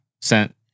sent